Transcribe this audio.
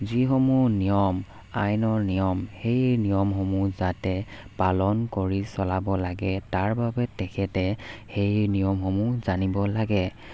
যিসমূহ নিয়ম আইনৰ নিয়ম সেই নিয়মসমূহ যাতে পালন কৰি চলাব লাগে তাৰ বাবে তেখেতে সেই নিয়মসমূহ জানিব লাগে